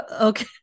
okay